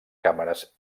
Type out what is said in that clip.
càmeres